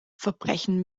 verbrechen